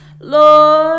Lord